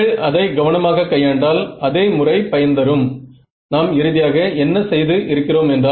நீங்கள் நன்றாக செய்து இருக்கிறீர்கள்